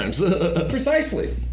Precisely